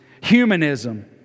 humanism